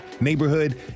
neighborhood